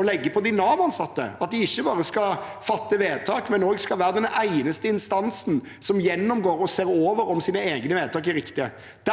å legge på de Nav-ansatte at de ikke bare skal fatte vedtak, men også skal være den eneste instansen som gjennomgår og ser over om egne vedtak er riktige.